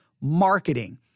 marketing